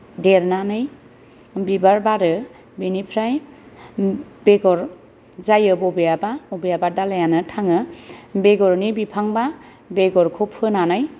देरनानै बिबार बारो बेनिफ्राय बेगर जायो बबेयाबा अबेयाबा दालायानो थाङो बेगरनि बिफांबा बेगरखौ फोनानै